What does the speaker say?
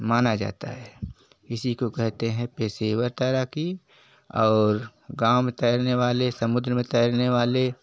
माना जाता है इसी को कहते हैं पेशेवर तैराकी और गाँव में तैरने वाले समुद्र में तैरने वाले